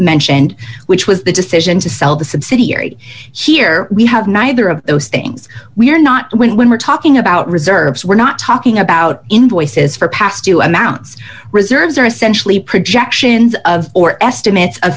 mentioned which was the decision to sell the subsidiary here we have neither of those things we're not when we're talking about reserves we're not talking about invoices for past you announce reserves are essentially projections of or estimates